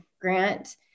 grant